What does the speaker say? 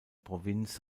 provinz